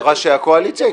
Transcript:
ראשי הקואליציה יקבעו.